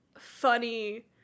funny